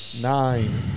nine